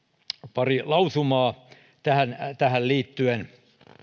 pari lausumaa tähän tähän liittyen